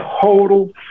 total